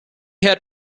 had